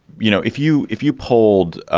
you know, if you if you polled ah